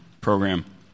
program